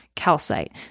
calcite